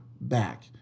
back